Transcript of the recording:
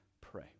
pray